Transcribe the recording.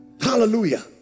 hallelujah